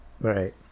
Right